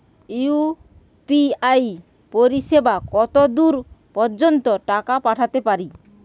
UPI পরিসেবা কতদূর পর্জন্ত টাকা পাঠাতে পারি?